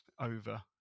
over